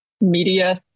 media